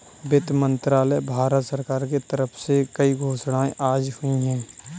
वित्त मंत्रालय, भारत सरकार के तरफ से कई घोषणाएँ आज हुई है